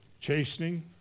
Chastening